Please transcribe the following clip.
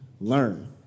learn